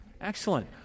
Excellent